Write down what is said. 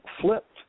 flipped